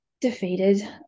defeated